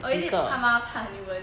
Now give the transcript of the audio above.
or is it 他妈怕你们